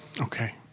Okay